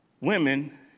women